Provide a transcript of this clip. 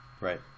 Right